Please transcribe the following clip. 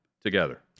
together